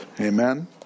Amen